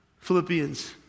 Philippians